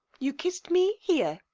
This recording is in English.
you kissed me, here.